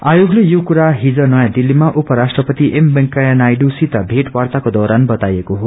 आयोगले यो कुरा हिज नयाँ दिल्लीमा उप राष्ट्रपति वेकैया नायडूसित भेटवार्ताको दौरान बताएको हो